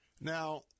Now